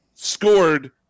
scored